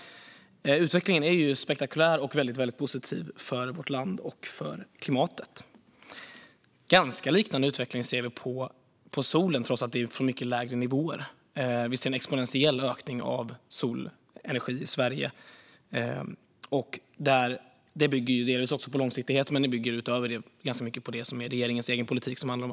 Utvecklingen är spektakulär och väldigt positiv för vårt land och för klimatet. En ganska likartad utveckling ser vi inom solkraft, trots att det är från mycket lägre nivåer. Vi ser en exponentiell ökning av solenergi i Sverige. Det bygger delvis på långsiktighet, men det bygger utöver det ganska mycket på regeringens egen politik.